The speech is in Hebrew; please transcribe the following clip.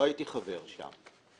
לא הייתי חבר בה.